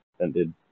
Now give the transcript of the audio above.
ended